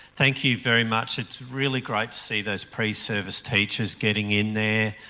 thank you very much, it's really great to see those pre-service teachers getting in there.